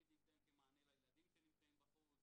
תמיד נמצאים כמענה לילדים שנמצאים בחוץ,